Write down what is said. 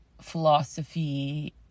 philosophy